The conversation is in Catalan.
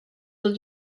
del